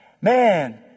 man